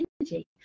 energy